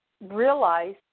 realize